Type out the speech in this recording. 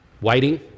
Waiting